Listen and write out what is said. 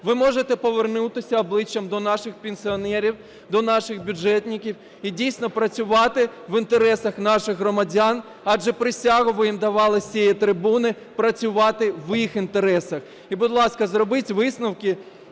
Ви можете повернутися обличчям до наших пенсіонерів, до наших бюджетників і дійсно працювати в інтересах наших громадян, адже присягу ви їм давали з цієї трибуни працювати в їх інтересах. І, будь ласка, зробіть висновки